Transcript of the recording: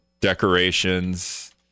decorations